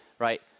Right